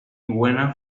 buena